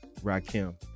Rakim